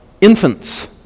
infants